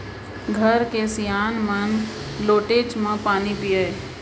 घर के सियान मन लोटेच म पानी पियय